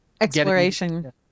exploration